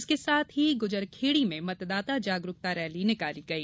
इसके साथ ही गुजरखेड़ी में मतदाता जागरूकता रैली निकाली गई